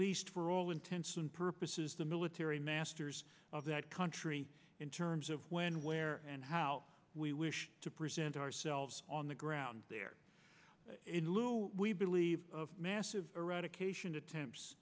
least for all intents and purposes the military masters of that country in terms of when where and how we wish to present ourselves on the ground there in lieu we believe of massive eradication attempts